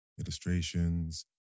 illustrations